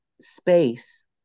space